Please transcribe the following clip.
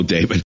David